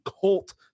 cult